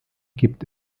gibt